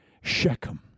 Shechem